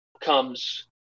comes